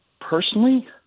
personally